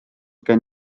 gen